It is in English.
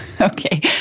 okay